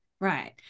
Right